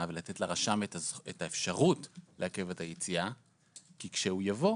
ולתת לרשם את האפשרות לעכב את היציאה כי כשיבוא,